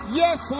yes